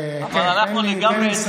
אבל אנחנו לגמרי,